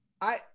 I-